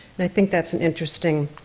and i think that's an interesting